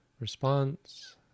response